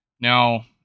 Now